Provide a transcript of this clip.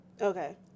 Okay